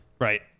Right